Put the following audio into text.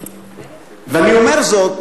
ואני אומר זאת